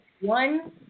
one